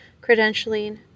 credentialing